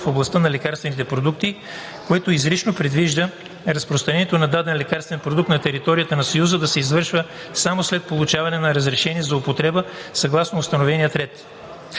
в областта на лекарствените продукти, което изрично предвижда разпространението на даден лекарствен продукт на територията на Съюза да се извършва само след получаване на разрешение за употреба съгласно установения ред.